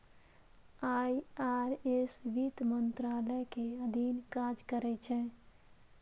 IRS वित्त मंत्रालय के अधीन काज करै छै